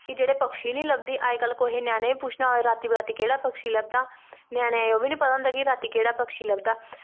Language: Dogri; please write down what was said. कि जेह्ड़े पक्षी निं लब्बदी अजकल्ल कुसे ञ्याने बी पुच्छना होऐ राती बराती केह्ड़ा पक्षी लभदा ञ्यानें गी ओह् बी निं पता होंदा कि राती केह्ड़ा पक्षी लभदा